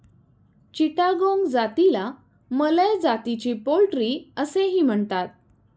चिटागोंग जातीला मलय जातीची पोल्ट्री असेही म्हणतात